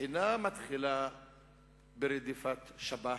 אינה מתחילה ברדיפת שב"חים,